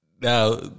now